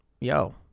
yo